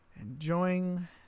Enjoying